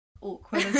awkward